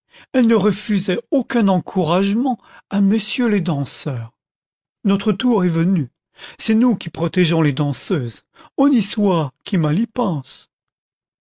elles ne refusaient aucun encouragement à mm les danseurs notre tour est venu c'est nous qui protégeons les danseuses honni soit qui mal y pense